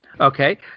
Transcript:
Okay